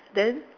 then